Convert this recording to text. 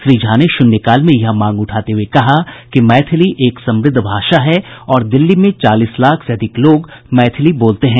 श्री झा ने शून्यकाल में यह मांग उठाते हुए कहा कि मैथिली एक समृद्ध भाषा है और दिल्ली में चालीस लाख से अधिक लोग मैथिली बोलते हैं